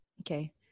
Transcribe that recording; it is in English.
Okay